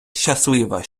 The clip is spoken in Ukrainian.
щаслива